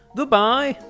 Goodbye